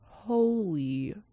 holy